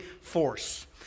force